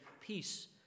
peace